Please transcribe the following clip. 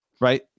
right